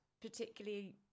particularly